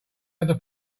other